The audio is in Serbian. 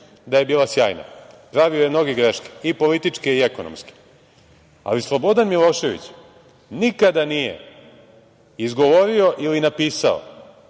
da je bila sjajna, pravio je mnoge greške i političke i ekonomske, ali Slobodan Milošević nikada nije izgovorio ili napisao